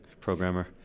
programmer